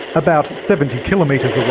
about seventy kilometres